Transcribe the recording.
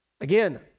Again